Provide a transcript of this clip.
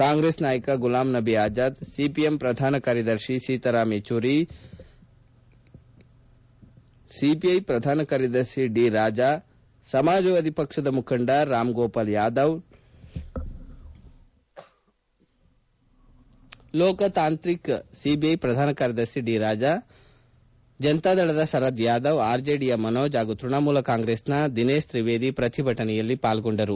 ಕಾಂಗ್ರೆಸ್ ನಾಯಕ ಗುಲಾಮ್ ನಭೀ ಆಜಾದ್ ಸಿಪಿಎಂ ಪ್ರಧಾನ ಕಾರ್ಯದರ್ಶಿ ಸೀತಾರಾಮ್ ಯಚೂರಿ ಸಿಪಿಐ ಪ್ರಧಾನ ಕಾರ್ಯದರ್ಶಿ ಡಿ ರಾಜಾ ಸಮಾಜವಾದಿ ಪಕ್ಷದ ಮುಖಂಡ ರಾಮಗೋಪಾಲ್ ಯಾದವ್ ಲೋಕತಾಂತ್ರಿಕ್ ಜನತಾದಳದ ಶರದ್ ಯಾದವ್ ಆರ್ಜೆಡಿಯ ಮನೋಜ್ ಹಾಗೂ ತ್ಪಣಮೂಲ ಕಾಂಗ್ರೆಸ್ನ ದಿನೇಶ್ ಕ್ರಿವೇದಿ ಪ್ರತಿಭಟನೆಯಲ್ಲಿ ಪಾಲ್ಗೊಂಡರು